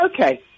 Okay